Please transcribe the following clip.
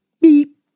beep